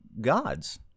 gods